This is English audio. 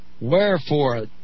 Wherefore